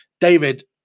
David